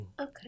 Okay